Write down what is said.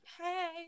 hey